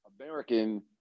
American